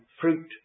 fruit